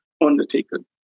undertaken